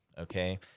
okay